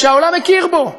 שהעולם מכיר בו,